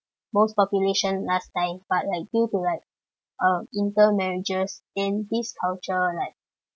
most population last time but like due to like uh inter marriages then these culture like